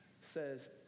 says